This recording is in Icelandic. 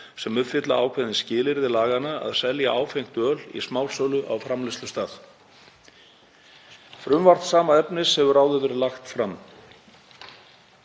sem uppfylla ákveðin skilyrði laganna, að selja áfengt öl í smásölu á framleiðslustað. Frumvarp sama efnis hefur áður verið lagt fram.